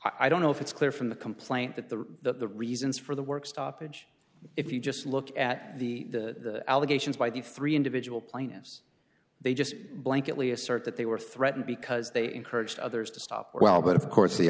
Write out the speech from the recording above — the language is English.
i don't know if it's clear from the complaint that the reasons for the work stoppage if you just look at the the allegations by the free individual plaintiffs they just blankly assert that they were threatened because they encouraged others to stop well but of course the